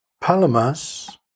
Palamas